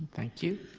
thank you.